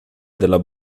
della